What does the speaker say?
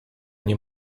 nie